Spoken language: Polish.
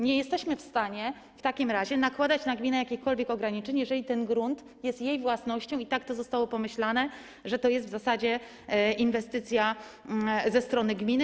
Nie jesteśmy w stanie w takim razie nakładać na gminę jakichkolwiek ograniczeń, jeżeli ten grunt jest jej własnością i tak to zostało pomyślane, że to jest w zasadzie inwestycja ze strony gminy.